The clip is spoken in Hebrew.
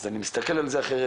אז אני מסתכל על זה אחרת,